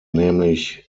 nämlich